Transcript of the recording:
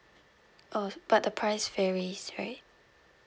uh but the price varies right